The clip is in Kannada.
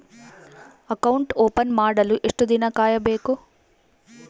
ಅಕೌಂಟ್ ಓಪನ್ ಮಾಡಲು ಎಷ್ಟು ದಿನ ಕಾಯಬೇಕು?